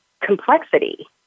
complexity